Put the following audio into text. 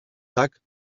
tak